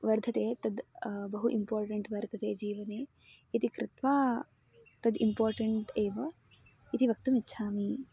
वर्धते तद् बहु इम्पार्टेण्ट् वर्तते जीवने इति कृत्वा तद् इम्पार्टेण्ट् एव इति वक्तुमिच्छामि